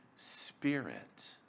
spirit